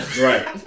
Right